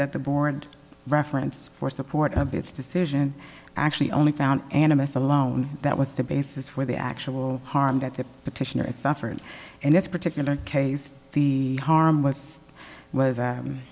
that the board reference or support of its decision actually only found animists alone that was the basis for the actual harm that the petitioner it suffered in this particular case the harm was was